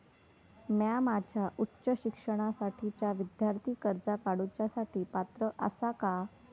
म्या माझ्या उच्च शिक्षणासाठीच्या विद्यार्थी कर्जा काडुच्या साठी पात्र आसा का?